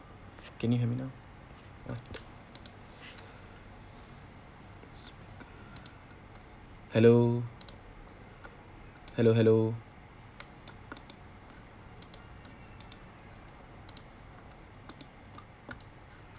can you hear me ah now hello hello hello